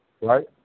right